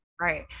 right